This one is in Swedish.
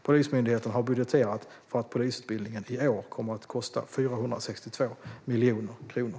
Polismyndigheten har budgeterat för att polisutbildningen i år kommer att kosta 462 miljoner kronor.